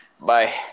bye